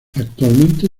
actualmente